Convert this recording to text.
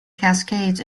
cascades